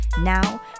Now